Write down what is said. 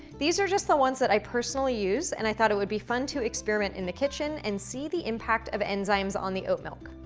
these are just the ones that i personally use, and i thought it would be fun to experiment in the kitchen and see the impact of enzymes on the oat milk.